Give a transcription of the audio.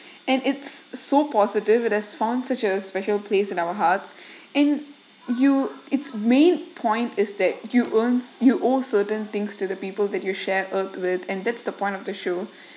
and it's so positive it has found such a special place in our hearts and you its main point is that you earns you owe certain things to the people that your share earth with and that's the point of the show